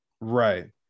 Right